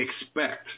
expect